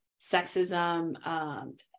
sexism